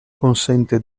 consente